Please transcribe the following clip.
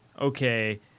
okay